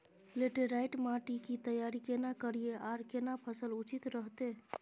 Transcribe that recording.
Laterite माटी की तैयारी केना करिए आर केना फसल उचित रहते?